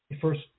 first